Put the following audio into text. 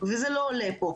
וזה לא עולה פה.